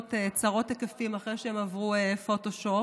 הדוגמניות צרות ההיקפים אחרי שהן עברו פוטושופ,